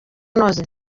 unoze